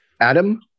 Adam